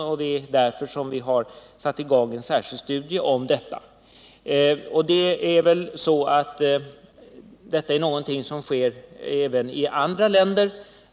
Det är därför vi har satt i gång en särskild studie rörande detta. Detta är något som sker även i andra länder.